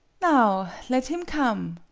now let him come,